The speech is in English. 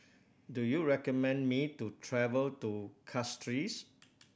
do you recommend me to travel to Castries